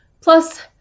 plus